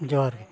ᱡᱚᱦᱟᱨ ᱜᱮ